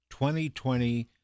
2020